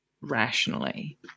rationally